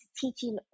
teaching